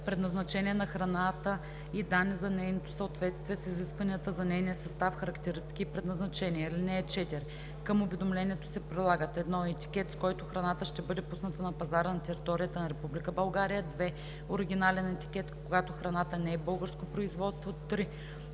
предназначение на храната и данни за нейното съответствие с изискванията за нейния състав, характеристики и предназначение. (4) Към уведомлението се прилагат: 1. етикет, с който храната ще бъде пусната на пазара на територията на Република България; 2. оригинален етикет, когато храната не е българско производство; 3.